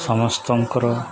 ସମସ୍ତଙ୍କର